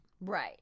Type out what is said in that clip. Right